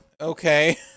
okay